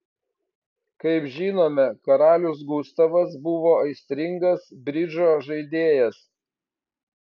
kaip žinome karalius gustavas buvo aistringas bridžo žaidėjas